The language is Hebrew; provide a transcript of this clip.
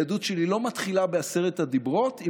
היהדות שלי לא מתחילה בעשרת הדיברות,